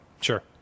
Sure